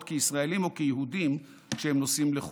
כישראלים או כיהודים כשהם נוסעים לחו"ל.